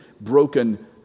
broken